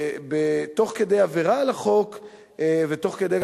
תוך כדי עבירה על החוק וגם תוך כדי,